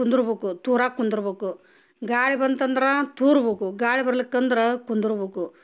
ಕುಂದ್ರಬೇಕು ದೂರ ಕುಂದ್ರಬೇಕು ಗಾಳಿ ಬಂತಂದ್ರೆ ತೂರ್ಬೋಕು ಗಾಳಿ ಬರ್ಲಿಕ್ಕಂದ್ರೆ ಕುಂದ್ರಬೇಕು